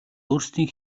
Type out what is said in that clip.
өөрсдийн